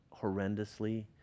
horrendously